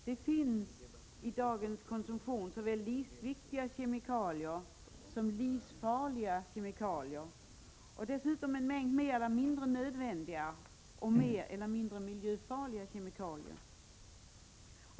Det finns i dagens konsumtion såväl livsviktiga kemikalier som livsfarliga kemikalier och dessutom en mängd mer eller mindre nödvändiga samt mer eller mindre miljöfarliga kemikalier.